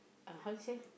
uh how to say